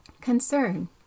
Concern